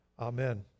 Amen